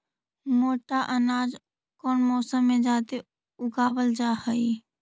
मोटा अनाज कौन मौसम में जादे उगावल जा हई?